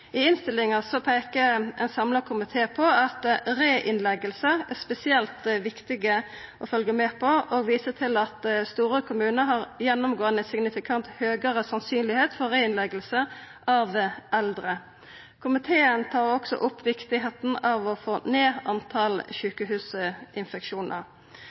I innstillinga peikar ein samla komité på at reinnlegging er det spesielt viktig å følgja med på, og ein viser til at store kommunar gjennomgåande har signifikant høgare sannsyn for reinnlegging av eldre. Komiteen tar òg opp viktigheita av å få ned